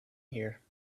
here